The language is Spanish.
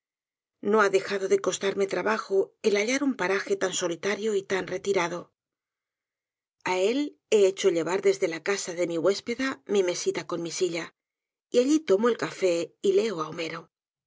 no ha dejado de costarme trabajo el hallar un paraje tan solitario y tan retirado á él he hecho llevar desde la casa de mi huéspeda mi mesita con mi silla y alli tomo el café y leo